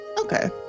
Okay